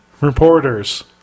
reporters